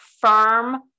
Firm